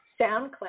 SoundCloud